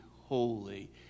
holy